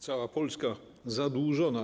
Cała Polska zadłużona.